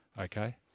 Okay